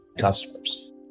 customers